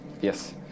Yes